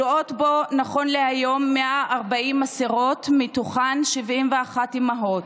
כלואות בו כיום 140 אסירות, מתוכן 71 אימהות.